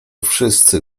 wszyscy